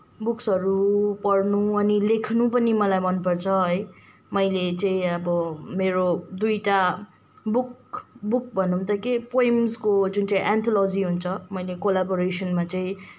बुक्सहरू पढ्नु अनि लेख्नु पनि मलाई मनपर्छ है मैले चाहिँ अब मेरो दुईवटा बुक बुक भनौँ त के पोइम्सको जुन चाहिँ एन्थोलोजी हुन्छ मैले कोलाबोरेसनमा चाहिँ